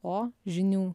o žinių